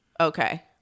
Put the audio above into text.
Okay